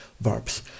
verbs